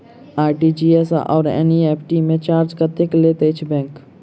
RTGS आओर NEFT मे charge कतेक लैत अछि बैंक?